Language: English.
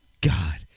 God